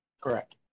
Correct